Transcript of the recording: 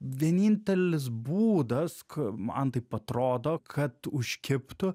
vienintelis būdas k man taip atrodo kad užkibtų